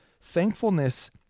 thankfulness